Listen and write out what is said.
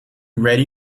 ready